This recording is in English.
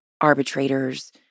arbitrators